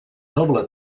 noble